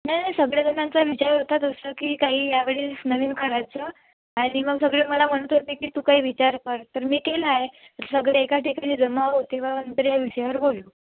नाही नाही सगळ्या जणांचा विचार होता तसा की काही या वेळेस नवीन करायचं आणि मग सगळे मला म्हणत होते की तू काही विचार कर तर मी केला आहे तर सगळे एका ठिकाणी जमा होवू तेव्हा नंतर या विषयावर बोलू